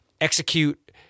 execute